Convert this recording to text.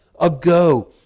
ago